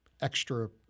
extra